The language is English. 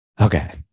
Okay